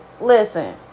Listen